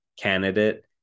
candidate